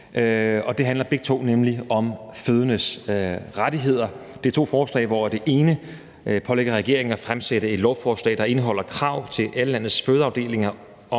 de handler nemlig begge to om fødendes rettigheder. Det er to forslag, hvor det ene pålægger regeringen at fremsætte et lovforslag, der indeholder krav til alle landets fødeafdelinger om